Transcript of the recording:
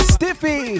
Stiffy